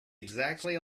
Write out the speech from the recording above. exactly